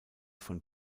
von